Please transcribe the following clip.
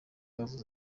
yavuze